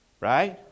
right